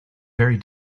very